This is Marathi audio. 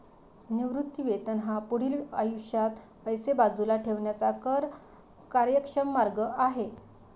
निवृत्ती वेतन हा पुढील आयुष्यात पैसे बाजूला ठेवण्याचा कर कार्यक्षम मार्ग आहे